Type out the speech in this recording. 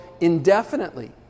indefinitely